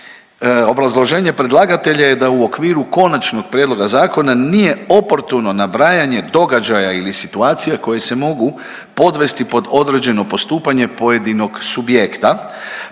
obrazloženje predlagatelja je da u okviru konačnog prijedloga zakona nije oportuno nabrajanje događaja ili situacije koje se mogu podvesti pod određeno postupanje pojedinog subjekta,